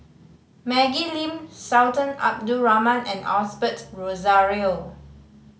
Maggie Lim Sultan Abdul Rahman and Osbert Rozario